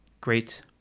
great